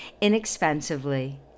inexpensively